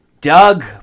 Doug